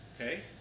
Okay